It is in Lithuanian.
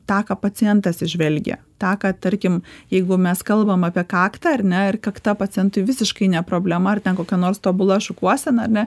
tą ką pacientas įžvelgia tą ką tarkim jeigu mes kalbam apie kaktą ar ne ir kakta pacientui visiškai ne problema ar ten kokia nors tobula šukuosena ar ne